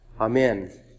Amen